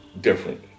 different